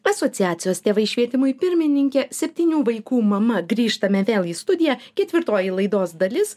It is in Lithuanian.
asociacijos tėvai švietimui pirmininke septynių vaikų mama grįžtame vėl į studiją ketvirtoji laidos dalis